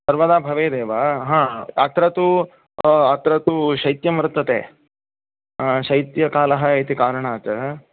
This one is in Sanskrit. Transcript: सर्वदा भवेदेव हा अत्र तु अत्र तु शैत्यं वर्तते शैत्यकालः इति कारणात्